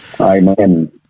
Amen